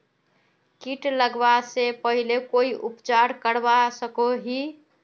किट लगवा से पहले कोई उपचार करवा सकोहो ही?